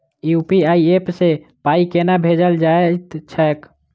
UPI app सँ पाई केना भेजल जाइत छैक?